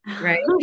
right